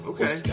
Okay